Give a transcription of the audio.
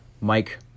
Mike